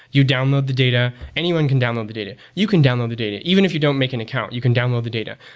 you download the data. anyone can download the data. you can download the data. even if you don't make an account, you can download the data.